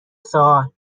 سوال